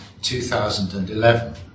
2011